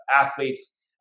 athletes